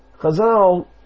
Chazal